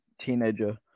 teenager